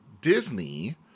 Disney